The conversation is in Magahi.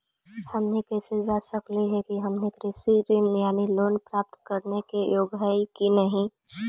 हमनी कैसे जांच सकली हे कि हमनी कृषि ऋण यानी लोन प्राप्त करने के योग्य हई कि नहीं?